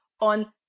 on